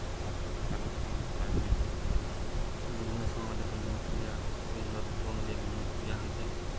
ସାଂସ୍କୃତିକ କାର୍ଯ୍ୟକ୍ରମ କରାଯାଏ ବିଭିନ୍ନ ସମୟରେ ବିଭିନ୍ନ ପୂଜା ବିଭିନ୍ନ ଋତୁ ଅନୁଯାୟୀ ବିଭିନ୍ନ ପୂଜା ହୋଇଥାଏ